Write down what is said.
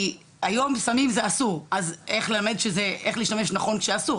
כי היום סמים זה אסור אז איך ללמד איך להשתמש נכון כשאסור?